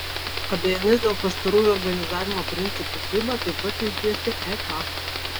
abejones dėl pastarųjų organizavimo principų fiba taip pat išdėstė ek